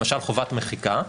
למשל חובת מחיקה,